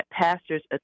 pastors